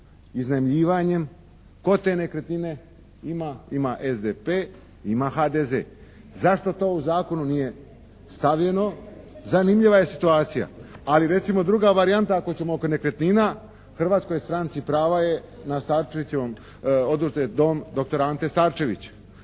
iznajmljivanje. Tko te nekretnine ime? Ima SDP, ima HDZ. Zašto to u zakonu nije stavljeno? Zanimljiva je situacija. Ali recimo druga varijanta ako ćemo oko nekretnina Hrvatskoj stranici prava je na Starčevićevom oduzet Dom "dr. Ante Starčević".